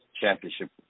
championship